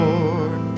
Lord